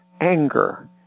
anger